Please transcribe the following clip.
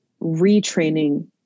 retraining